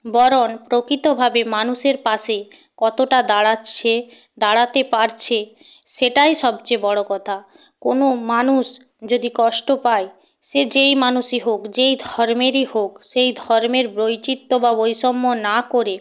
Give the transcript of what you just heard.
বরণ প্রকৃতভাবে মানুষের পাশে কতটা দাঁড়াচ্ছে দাঁড়াতে পারছে সেটাই সবচেয়ে বড়ো কথা কোনো মানুষ যদি কষ্ট পায় সে যেই মানুষই হোক যেই ধর্মেরই হোক সেই ধর্মের বৈচিত্র্য বা বৈষম্য না করে